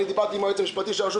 דיברתי עם היועץ המשפטי של הרשות